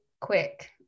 quick